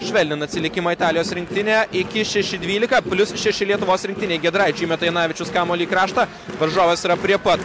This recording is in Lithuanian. švelnina atsilikimą italijos rinktinė iki šeši dvylika plius šeši lietuvos rinktinei giedraičiui meta janavičius kamuolį į kraštą varžovas yra prie pat